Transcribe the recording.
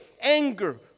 anger